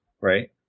right